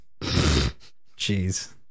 Jeez